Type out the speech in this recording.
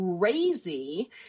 crazy